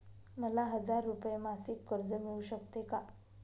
मला हजार रुपये मासिक कर्ज मिळू शकते का?